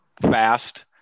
fast